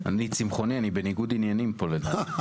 אני צמחוני, אני בניגוד עניינים פה לדעתי.